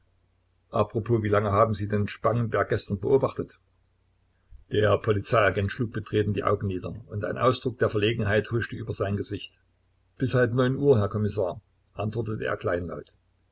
propos wie lange haben sie denn spangenberg gestern beobachtet der polizeiagent schlug betreten die augen nieder und ein ausdruck der verlegenheit huschte über sein gesicht bis halb neun uhr herr kommissar antwortete er kleinlaut